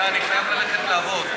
שנייה, אני חייב ללכת לעבוד.